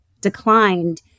declined